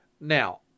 Now